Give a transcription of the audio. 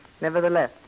Nevertheless